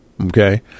Okay